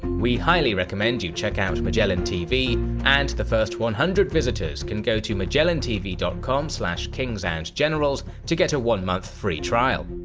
we highly recommend you check out magellantv, and the first one hundred visitors can go to magellantv dot com slash kingsandgenerals to get a one-month free trial.